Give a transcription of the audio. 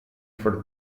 for